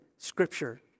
scripture